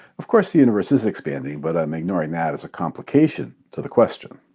of course the universe is expanding, but i'm ignoring that as a complication to the question.